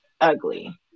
ugly